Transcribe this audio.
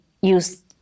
use